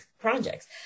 projects